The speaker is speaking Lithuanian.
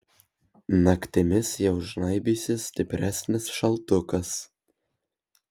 naktimis jau žnaibysis stipresnis šaltukas